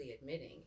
admitting